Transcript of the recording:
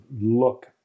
look